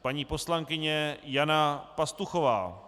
Paní poslankyně Jana Pastuchová.